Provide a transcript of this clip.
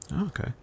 Okay